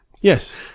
Yes